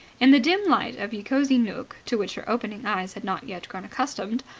in the dim light of ye cosy nooke, to which her opening eyes had not yet grown accustomed,